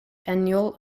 annual